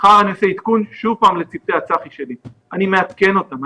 מחר אני עושה עדכון שוב פעם לצוותי הצח"י שלי אני מעדכן אותם,